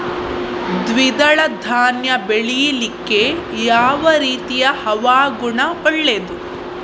ದ್ವಿದಳ ಧಾನ್ಯ ಬೆಳೀಲಿಕ್ಕೆ ಯಾವ ರೀತಿಯ ಹವಾಗುಣ ಒಳ್ಳೆದು?